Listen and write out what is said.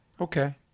Okay